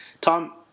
Tom